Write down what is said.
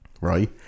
right